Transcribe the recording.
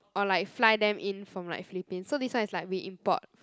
or like fly them in from like Philippines so this one is like we import